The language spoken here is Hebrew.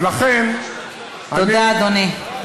תודה, אדוני.